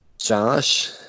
Josh